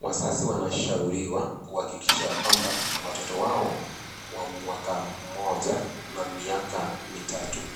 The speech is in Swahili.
Wazazi wanashauriwa kuhakikisha ya kwamba watoto wao wa mwaka moja na miaka mitatu